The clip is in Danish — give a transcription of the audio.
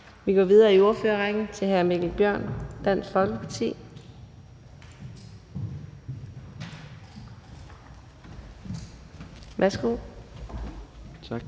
Vi går videre i ordførerrækken til hr. Mikkel Bjørn, Dansk Folkeparti. Værsgo. Kl.